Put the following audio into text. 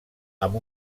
amb